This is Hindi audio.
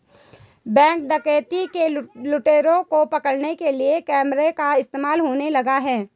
बैंक डकैती के लुटेरों को पकड़ने के लिए कैमरा का इस्तेमाल होने लगा है?